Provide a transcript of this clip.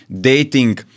dating